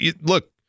Look